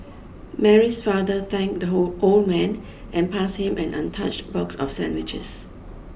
Mary's father thanked the whole old man and passed him an untouched box of sandwiches